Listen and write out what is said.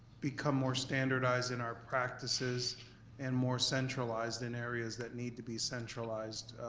become more standardized in our practices and more centralized in areas that need to be centralized,